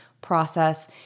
process